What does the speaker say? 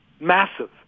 massive